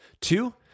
Two